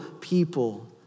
people